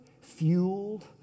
fueled